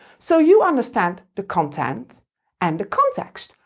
so, you understand the content and the context,